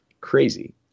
Crazy